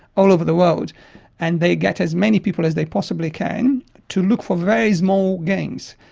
all over the world and they get as many people as they possibly can to look for very small gains.